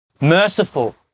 merciful